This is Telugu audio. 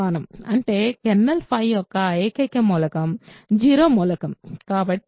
అంటే కెర్నల్ యొక్క ఏకైక మూలకం 0 మూలకం